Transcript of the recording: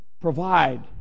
provide